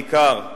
בעיקר,